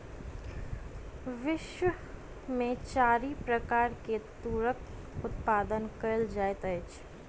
विश्व में चारि प्रकार के तूरक उत्पादन कयल जाइत अछि